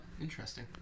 Interesting